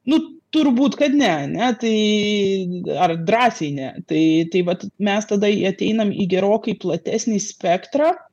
nu turbūt kad ne ane tai ar drąsiai ne tai tai vat mes tada ateinam į gerokai platesnį spektrą